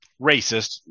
racist